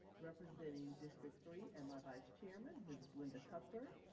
representing district three, and my vice-chairman, mrs. linda cuthbert.